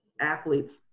athletes